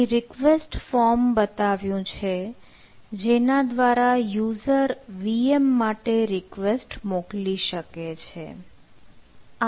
અહીં request form બતાવ્યું છે જેના દ્વારા યુઝર VM માટે રિક્વેસ્ટ મોકલી શકે છે